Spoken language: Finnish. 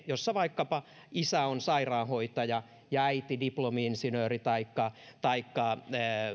jossa vaikkapa isä on sairaanhoitaja ja äiti diplomi insinööri taikka taikka